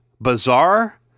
bizarre